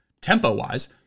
tempo-wise